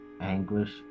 anguish